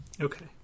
okay